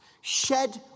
shed